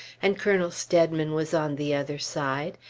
and colonel steadman was on the other side,